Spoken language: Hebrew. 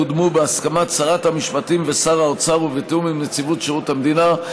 יקודמו בהסכמת שרת המשפטים ושר האוצר ובתיאום עם נציבות שירות המדינה.